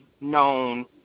known